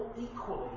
equally